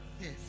Yes